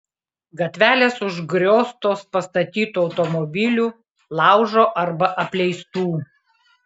gatvelės užgrioztos pastatytų automobilių laužo arba apleistų